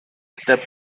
step